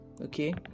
Okay